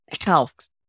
health